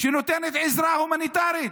שנותנת עזרה הומניטרית